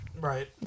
Right